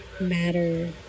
matter